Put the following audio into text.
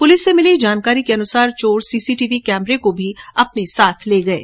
police से मिली जानकारी के अनुसार चोर सीसीटीवी कैमरे भी अपने साथ ले गये